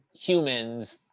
humans